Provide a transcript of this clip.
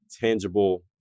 tangible